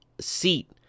seat